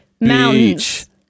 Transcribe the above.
Mountains